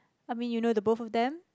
I mean you know the both of them